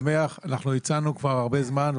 אנחנו הצענו כבר הרבה זמן,